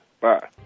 Bye